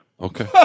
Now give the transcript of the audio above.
Okay